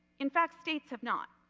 in fact, states have not.